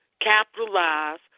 capitalize